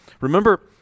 Remember